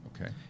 Okay